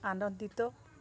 ଆନନ୍ଦିତ